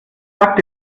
sag